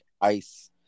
ice